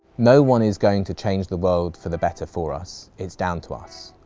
no one is going to change the world for the better for us it's down to us.